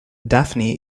daphne